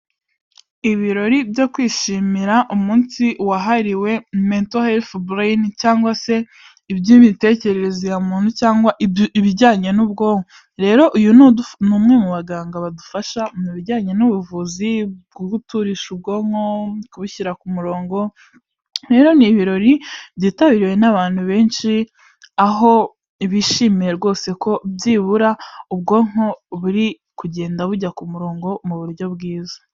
Ibirori byo kwishimira umunsi wahariwe meto helifi bureyini cyangwa se iby'imitekerereze ya muntu cyangwa ibijyanye n'ubwonko, rero uyu ni umwe mu baganga badufasha mu bijyanye n'ubuvuzi bwo guturisha ubwonko, kubushyira ku murongo, rero ni ibirori byitabiriwe n'abantu benshi aho bishimiye rwose ko byibura ubwonko buri kugenda bujya ku murongo mu buryo bwiza.